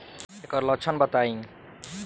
एकर लक्षण बताई?